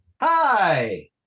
hi